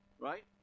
Right